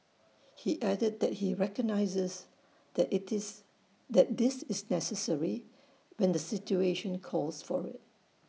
he added that he recognises that IT is that this is necessary when the situation calls for IT